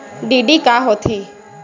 DD का होथे?